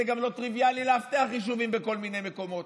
זה גם לא טריוויאלי לאבטח יישובים בכל מיני מקומות.